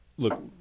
Look